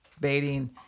Baiting